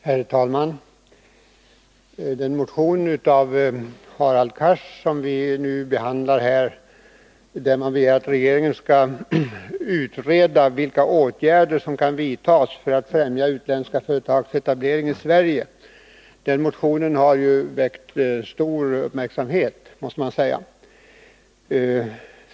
Herr talman! I den motion av Hadar Cars som vi nu behandlar begärs, att regeringen skall utreda vilka åtgärder som kan vidtas för att främja utländska företags etablering i Sverige. Den motionen har väckt stor uppmärksamhet, måste man säga.